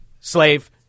slave